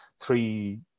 three